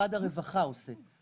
משרד הרווחה עושה.